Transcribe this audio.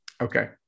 Okay